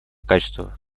качество